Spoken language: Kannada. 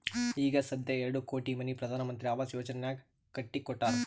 ಈಗ ಸಧ್ಯಾ ಎರಡು ಕೋಟಿ ಮನಿ ಪ್ರಧಾನ್ ಮಂತ್ರಿ ಆವಾಸ್ ಯೋಜನೆನಾಗ್ ಕಟ್ಟಿ ಕೊಟ್ಟಾರ್